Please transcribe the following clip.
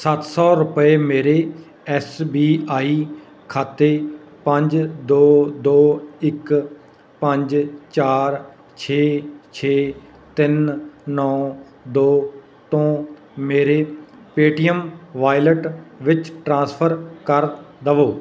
ਸੱਤ ਸੌ ਰੁਪਏ ਮੇਰੇ ਐਸ ਬੀ ਆਈ ਖਾਤੇ ਪੰਜ ਦੋ ਦੋ ਇੱਕ ਪੰਜ ਚਾਰ ਛੇ ਛੇ ਤਿੰਨ ਨੌਂ ਦੋ ਤੋਂ ਮੇਰੇ ਪੇਟੀਐੱਮ ਵਾਇਲਟ ਵਿੱਚ ਟ੍ਰਾਂਸਫਰ ਕਰ ਦੇਵੋ